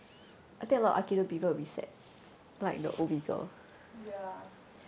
ya